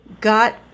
got